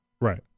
Right